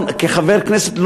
כחבר כנסת,